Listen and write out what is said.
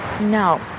No